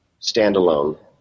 standalone